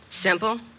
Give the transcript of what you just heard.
Simple